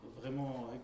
vraiment